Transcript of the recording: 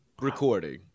recording